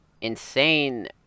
insane